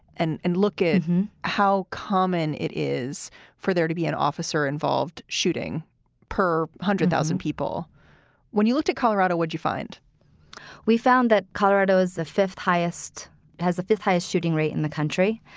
and and look at how common it is for there to be an officer involved shooting per hundred thousand people when you looked at colorado, would you find we found that colorado's the fifth highest has the fifth highest shooting rate in the country.